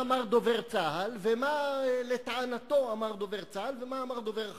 מה לטענתו אמר דובר צה"ל ומה אמר דובר ה"חמאס".